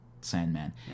Sandman